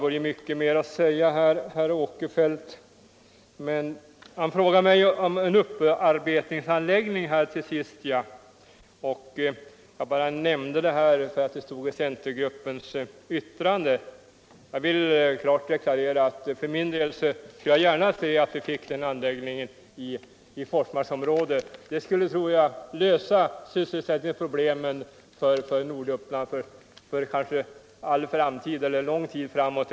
Herr Åkerfeldt ställde till sist en fråga till mig om en upparbetningsanläggning. Jag nämnde den saken bara därför att den var berörd i centergruppens yttrande. Jag vill klart deklarera att jag för min del gärna skulle se att vi fick en sådan anläggning i Forsmarksområdet. Jag tror att det skulle kunna lösa sysselsättningsproblemen i Norduppland för lång tid framåt.